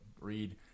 read